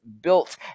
built